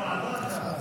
בבקשה.